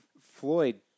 Floyd